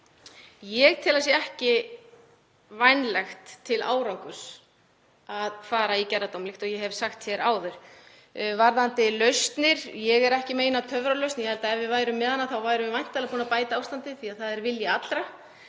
Ég tel að það sé ekki vænlegt til árangurs að fara í gerðardóm, líkt og ég hef sagt hér áður. Varðandi lausnir. Ég er ekki með eina töfralausn. Ég held að ef við værum með hana værum við væntanlega búin að bæta ástandið því að það er vilji allra